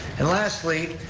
and lastly,